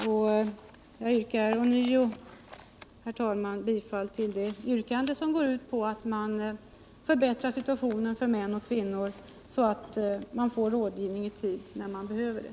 Jag yrkar ånyo, herr talman, bifall till det förslag som går ut på att man förbättrar situationen för män och kvinnor så att de får rådgivning i tid när de behöver det.